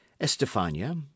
estefania